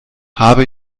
habe